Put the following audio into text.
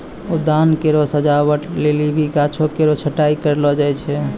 उद्यान केरो सजावट लेलि भी गाछो केरो छटाई कयलो जाय छै